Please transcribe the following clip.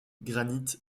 granite